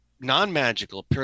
non-magical